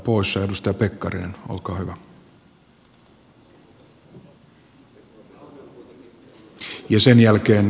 edustaja pekkarinen olkaa hyvä